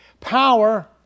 power